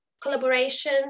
Collaboration